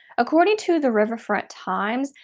according to the riverfront times,